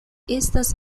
estas